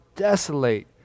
desolate